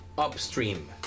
Upstream